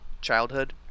childhood